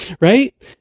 Right